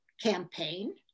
campaign